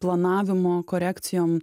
planavimo korekcijom